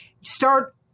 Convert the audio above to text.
start